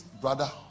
brother